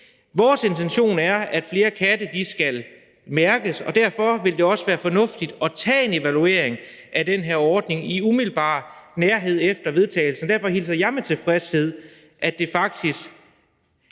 Vores intention er, at flere katte skal mærkes, og derfor vil det også være fornuftigt at tage en evaluering af den her ordning forholdsvis tæt på vedtagelsen, og derfor hilser jeg det med tilfredshed velkommen, at der faktisk